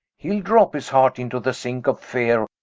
hee'le drop his heart into the sinck of feare,